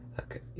Okay